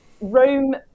Rome